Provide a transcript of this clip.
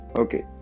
okay